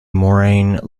moraine